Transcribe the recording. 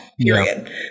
Period